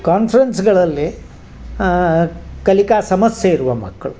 ಈ ಕಾನ್ಫ್ರೆನ್ಸ್ಗಳಲ್ಲಿ ಕಲಿಕಾ ಸಮಸ್ಯೆ ಇರುವ ಮಕ್ಕಳು